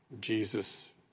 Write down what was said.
Jesus